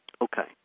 Okay